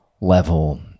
level